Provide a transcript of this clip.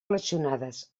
relacionades